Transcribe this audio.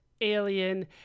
Alien